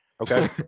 Okay